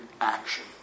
action